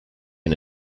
and